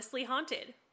Haunted